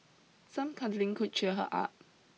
some cuddling could cheer her up